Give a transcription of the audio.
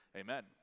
amen